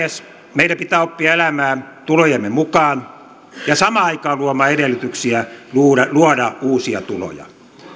meidän pitää oppia elämään tulojemme mukaan ja samaan aikaan luomaan edellytyksiä luoda luoda uusia tuloja